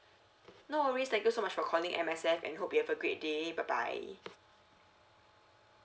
no worries thank you so much for calling M_S_F and hope you have a great day bye bye